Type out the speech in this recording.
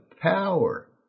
power